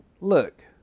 look